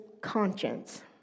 conscience